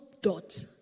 Dot